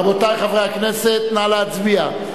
רבותי חברי הכנסת, נא להצביע.